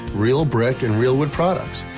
real brick and real wood products.